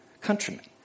countrymen